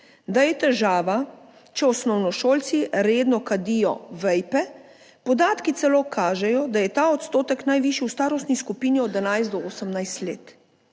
da je težava, če osnovnošolci redno kadijo vejpe. Podatki celo kažejo, da je ta odstotek najvišji v starostni skupini od 11 do 18 let.